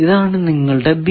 ഇതാണ് നിങ്ങളുടെ B